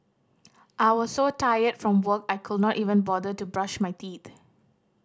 I was so tired from work I could not even bother to brush my teeth